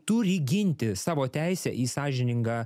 turi ginti savo teisę į sąžiningą